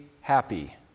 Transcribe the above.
happy